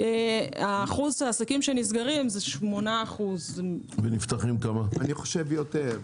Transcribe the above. אחוז העסקים שנסגרים זה 8%. אני חושב יותר.